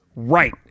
Right